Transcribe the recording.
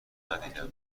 ندیدم